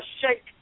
shake